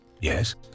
Yes